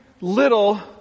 little